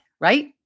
right